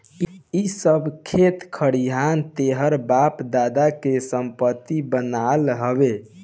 इ सब खेत खरिहान तोहरा बाप दादा के संपत्ति बनाल हवे